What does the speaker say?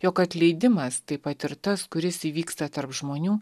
jog atleidimas taip pat ir tas kuris įvyksta tarp žmonių